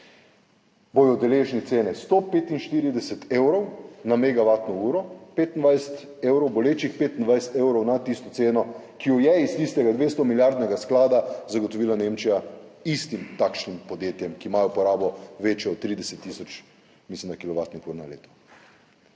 bodo deležni cene 145 evrov za megavatno uro. 25 evrov, bolečih 25 evrov nad tisto ceno, ki jo je iz tistega 200 milijardnega sklada zagotovila Nemčija takšnim podjetjem, ki imajo porabo mislim, da večjo od 30 tisoč kilovatnih ur na leto.